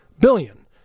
billion